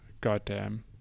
Goddamn